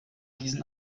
diesen